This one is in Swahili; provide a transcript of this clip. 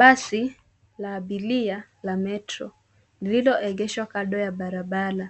Basi la abiria la metro, lililoegeshwa kando ya barabara